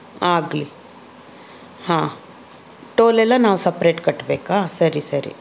ಆಗಲಿ ಹಾಂ ಟೋಲೆಲ್ಲ ನಾವು ಸಪ್ರೇಟ್ ಕಟ್ಬೇಕಾ ಸರಿ ಸರಿ